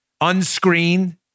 unscreened